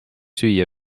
süüa